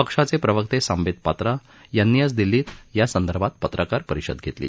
पक्षाचे प्रवक्ते सांबित पात्रा यांनी आज दिल्लीत यासंदर्भात पत्रकार परिषद घेतली